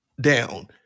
Down